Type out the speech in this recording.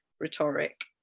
rhetoric